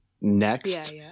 Next